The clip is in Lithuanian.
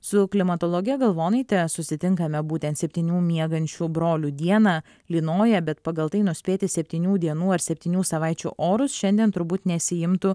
su klimatologe galvonaite susitinkame būtent septynių miegančių brolių dieną lynoja bet pagal tai nuspėti septynių dienų ar septynių savaičių orus šiandien turbūt nesiimtų